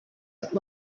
but